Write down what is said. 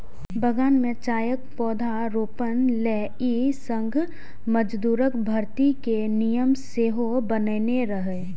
बगान मे चायक पौधारोपण लेल ई संघ मजदूरक भर्ती के नियम सेहो बनेने रहै